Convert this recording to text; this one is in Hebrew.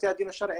בתי הדין השרעיים,